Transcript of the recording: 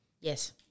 Yes